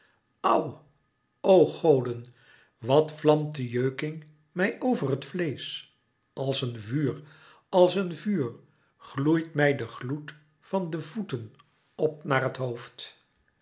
o goden wat vlamt de jeuking mij over het vleesch als een vuur als een vuur gloeit mij de gloed van de voeten op naar het hoofd